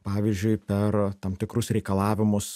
pavyzdžiui per tam tikrus reikalavimus